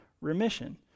remission